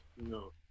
No